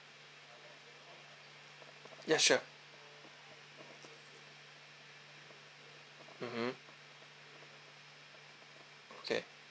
ya sure mmhmm okay